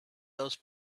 those